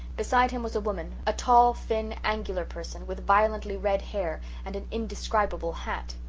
beside him was a woman a tall, thin, angular person, with violently red hair and an indescribable hat.